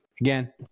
again